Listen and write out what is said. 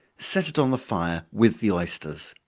set it on the fire with the oysters.